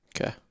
Okay